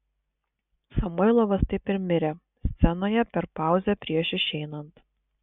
samoilovas taip ir mirė scenoje per pauzę prieš išeinant